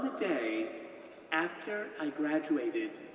day after i graduated